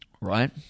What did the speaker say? right